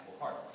heart